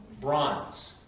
bronze